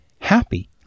happy